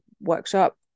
workshop